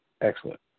excellent